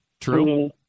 True